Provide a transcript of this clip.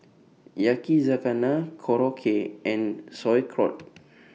Yakizakana Korokke and Sauerkraut